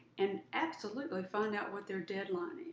and absolutely, find out what their deadline is.